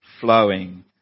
flowing